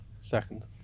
Second